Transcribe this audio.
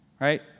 Right